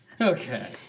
Okay